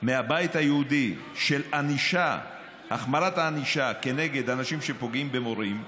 מהבית היהודי של החמרת הענישה כנגד אנשים שפוגעים במורים,